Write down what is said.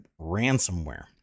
ransomware